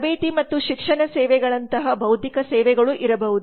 ತರಬೇತಿ ಮತ್ತು ಶಿಕ್ಷಣ ಸೇವೆಗಳಂತಹ ಬೌದ್ಧಿಕ ಸೇವೆಗಳು ಇರಬಹುದು